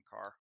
car